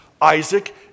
Isaac